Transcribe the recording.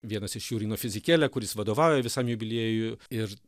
vienas iš jų ryno fizikėlė kuris vadovauja visam jubiliejui ir